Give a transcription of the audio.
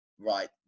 right